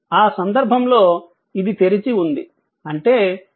ఆ సందర్భంలో ఇది తెరిచి ఉంది అంటే ఇది i 0